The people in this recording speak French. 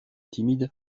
timides